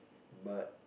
but